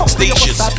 stations